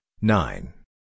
nine